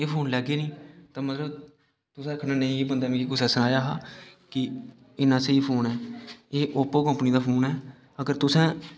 एह् फोन लैगे नि ते मतलब तुसें आक्खना नेईं एह् बंदे मिगी कुसै सनाया हा कि इन्ना स्हेई फोन ऐ एह् ओप्पो कम्पनी दा फोन ऐ अगर तुसें